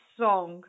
song